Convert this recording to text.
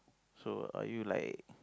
so are you like